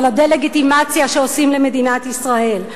על הדה-לגיטימציה שעושים למדינת ישראל,